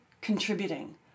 contributing